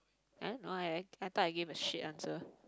eh no eh I thought I give a sheet answer